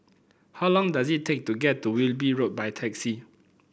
how long does it take to get to Wilby Road by taxi